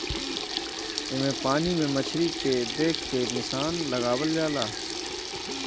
एमे पानी में मछरी के देख के निशाना लगावल जाला